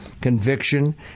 conviction